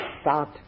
start